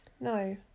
No